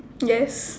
yes